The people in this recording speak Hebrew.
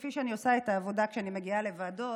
כפי שאני עושה את העבודה כשאני מגיעה לוועדות,